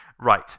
right